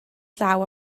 llaw